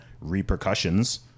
repercussions